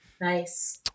Nice